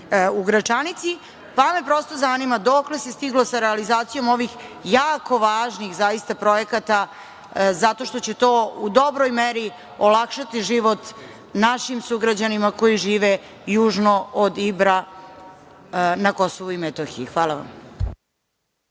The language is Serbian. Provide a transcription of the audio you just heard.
u Gračanici, pa me prosto zanima dokle se stiglo sa realizacijom ovih jako važnih, zaista, projekata? Zato što će to u dobroj meri olakšati život našim sugrađanima koji žive južno od Ibra na Kosovu i Metohiji. Hvala vam.